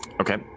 Okay